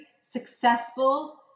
successful